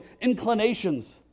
inclinations